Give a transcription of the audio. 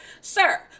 Sir